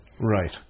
Right